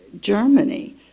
Germany